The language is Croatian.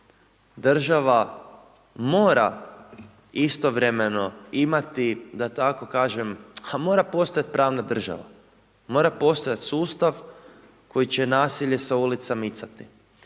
država mora istovremeno imati, da tako kažem, a mora postojat pravna država, mora postojat sustav koji će nasilje s ulica micati